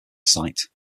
site